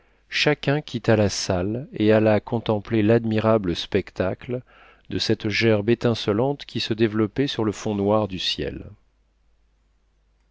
chacun quitta la salle et alla contempler l'admirable spectacle de cette gerbe étincelante qui se développait sur le fond noir du ciel